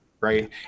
right